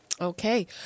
okay